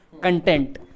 content